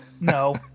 No